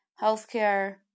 healthcare